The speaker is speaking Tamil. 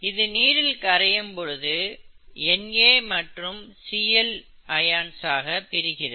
இது நீரில் கரையும் பொழுது Na மற்றும் Cl அயனியாக பிரிகிறது